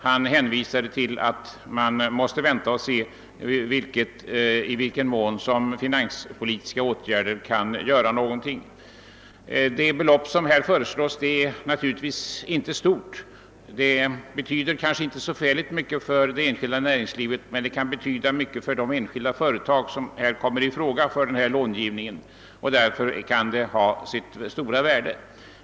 Han hänvisa de till att man måste vänta och se i vad mån finanspolitiska åtgärder kan göra någonting. Det belopp som föreslås är naturligtvis inte stort, och det betyder kanske inte så förfärligt mycket för det enskilda näringslivet. Men det kan betyda mycket för de enskilda företag som kan komma i fråga för denna långivning, och det har därför sitt stora värde.